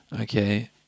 Okay